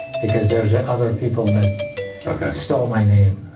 because there's ah other people that okay. stole my name.